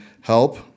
help